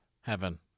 heaven